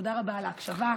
תודה רבה על ההקשבה.